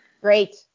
Great